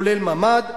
כולל ממ"ד,